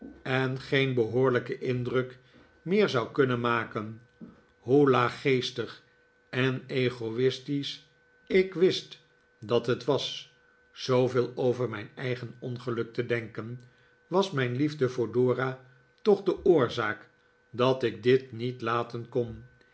en geen behoorlijken indruk meer zou kunnen maken hoe laaggeestig en egoi'stisch ik wist dat het was zooveel over mijn eigen ongeluk te denken was mijn liefde voor dora toch de oorzaak dat ik dit niet laten kon